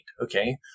okay